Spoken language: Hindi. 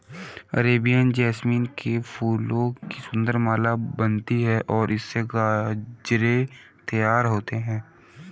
अरेबियन जैस्मीन के फूलों की सुंदर माला बनती है और इससे गजरे तैयार होते हैं